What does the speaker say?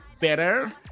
better